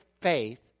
faith